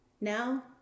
Now